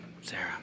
Sarah